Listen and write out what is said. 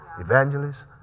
evangelists